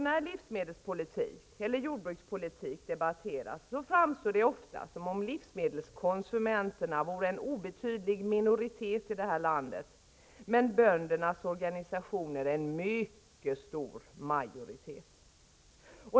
När livsmedelspolitik eller jordbrukspolitik debatteras framstår det ofta som om livsmedelskonsumenterna vore en obetydlig minoritet i det här landet och böndernas organisationer en mycket stor majoritet.